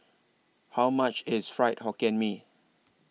How much IS Fried Hokkien Mee